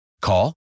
Call